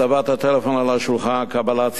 הצבת הטלפון על השולחן, קבלת שיחות,